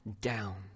down